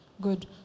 Good